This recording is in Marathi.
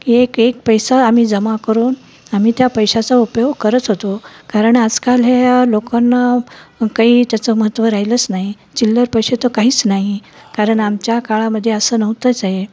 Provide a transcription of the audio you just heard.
की एक एक पैसा आम्ही जमा करून आम्ही त्या पैशाचा उपयोग करत होतो कारण आजकाल ह्या लोकांना काही त्याचं महत्त्व राहिलंच नाही चिल्लर पैसे तर काहीच नाही कारण आमच्या काळामध्ये असं नव्हतंच आहे